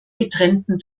getrennten